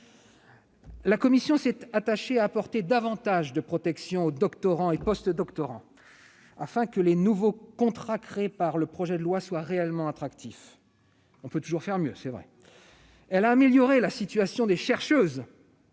La commission s'est attachée à apporter davantage de protection aux doctorants et postdoctorants, afin que les nouveaux contrats créés par le projet de loi soient réellement attractifs- on peut toujours faire mieux, il est vrai ... Elle a amélioré la situation des chercheuses-